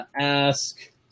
ask